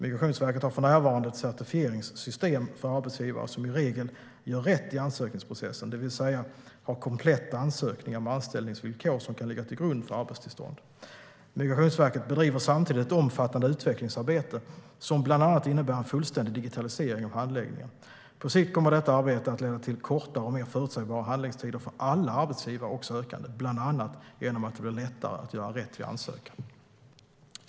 Migrationsverket har för närvarande ett certifieringssystem för de arbetsgivare som i regel gör rätt i ansökningsprocessen, det vill säga har kompletta ansökningar med anställningsvillkor som kan ligga till grund för arbetstillstånd. Migrationsverket bedriver samtidigt ett omfattande utvecklingsarbete som bland annat innebär en fullständig digitalisering av handläggningen. På sikt kommer detta arbete att leda till kortare och mer förutsägbara handläggningstider för alla arbetsgivare och sökande, bland annat genom att det blir lättare att göra rätt vid ansökan.